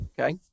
okay